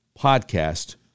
podcast